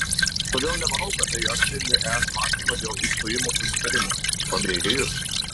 todėl nemanau kad tai atspindi es mąstymą dėl išstojimo susitarimo pabrėžė jis